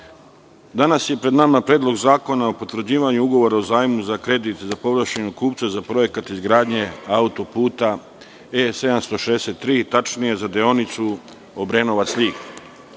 danas je pred nama Predlog zakona o potvrđivanju Ugovora o zajmu za kredit za povlašćenog kupca za Projekat izgradnje autoputa E 763, tačnije za deonicu Obrenovac-Ljig.